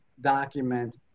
document